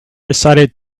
decided